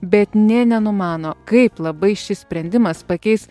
bet nė nenumano kaip labai šis sprendimas pakeis